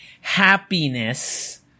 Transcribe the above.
Happiness